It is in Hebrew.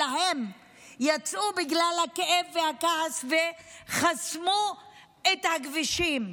אלא הם יצאו בגלל הכאב והכעס וחסמו את הכבישים.